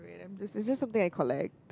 great it's just something I collect